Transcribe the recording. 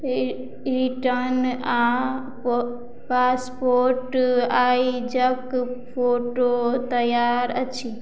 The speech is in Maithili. रि रिटर्न आ पा पासपोर्ट आइजक फोटो तैआर अछि